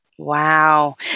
Wow